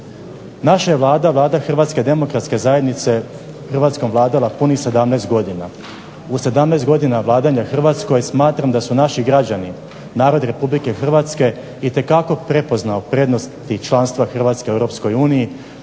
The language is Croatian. Naša je vlada, Vlada Hrvatske demokratske zajednice Hrvatskom vladala punih 17 godina, u 17 godina vladanja Hrvatskom smatram da su naši građani, narod Republike Hrvatske itekako prepoznao prednost članstva Hrvatske u Europskoj uniji